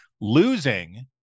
losing